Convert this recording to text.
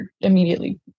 immediately